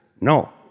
No